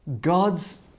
God's